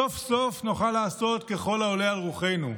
סוף-סוף נוכל לעשות ככל העולה על רוחנו: